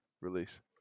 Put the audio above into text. release